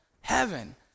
heaven